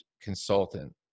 consultant